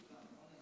גברתי